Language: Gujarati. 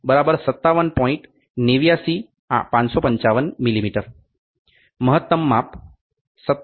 00055 mm મહત્તમ માપ 57